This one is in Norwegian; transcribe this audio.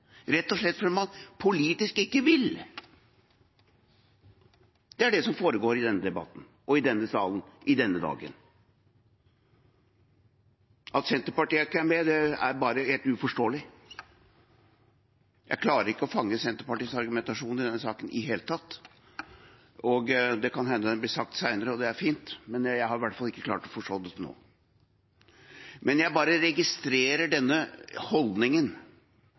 rett og slett fordi man politisk ikke vil. Det er det som foregår i denne debatten, i denne salen og på denne dagen. At Senterpartiet ikke er med, er bare helt uforståelig. Jeg klarer ikke å fange Senterpartiets argumentasjon i denne saken i det hele tatt. Det kan hende det blir sagt senere, og det er fint, men jeg har i hvert fall ikke klart å forstå den til nå. Men jeg bare registrerer denne holdningen.